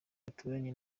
baturanye